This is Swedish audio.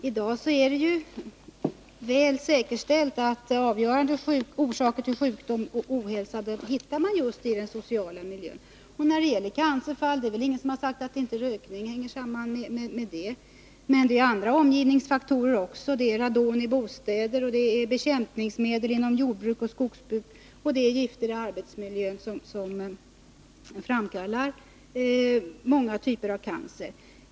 Herr talman! I dag är det säkerställt att man hittar avgörande orsaker till sjukdom och ohälsa just i den sociala miljön. När det gäller cancerfall är det väl ingen som har sagt att inte cancer hänger samman med rökning, men det finns också andra omgivningsfaktorer — radon i bostäder, bekämpningsmedel inom jordbruk och skogsbruk och gifter i arbetsmiljön — som framkallar många typer av cancer.